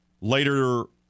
Later